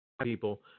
People